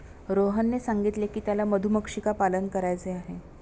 रोहनने सांगितले की त्याला मधुमक्षिका पालन करायचे आहे